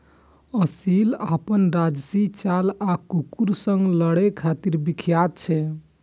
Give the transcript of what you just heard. असील अपन राजशी चाल आ कुकुर सं लड़ै खातिर विख्यात छै